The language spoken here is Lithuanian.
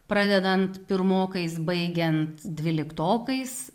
pradedant pirmokais baigiant dvyliktokais